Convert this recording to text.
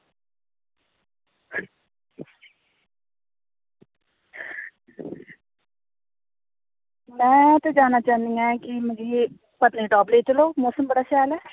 में ते जाना चाह्न्नी आं कि मिगी पत्नीटॉप लेई चलो मौसम बड़ा साफ ऐ